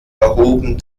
erhoben